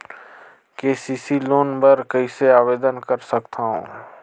KCC loan बर कइसे आवेदन कर सकथव?